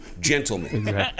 gentlemen